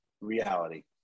reality